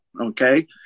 okay